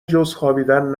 جزخوابیدن